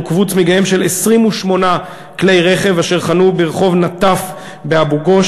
נוקבו צמיגיהם של 28 כלי רכב אשר חנו ברחוב נטף באבו-גוש.